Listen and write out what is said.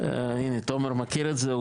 הנה, תומר מכיר את זה.